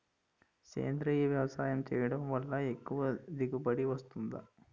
సేంద్రీయ వ్యవసాయం చేయడం వల్ల ఎక్కువ దిగుబడి వస్తుందా?